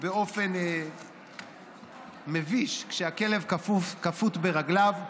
באופן מביש, כשהכלב כפות ברגליו.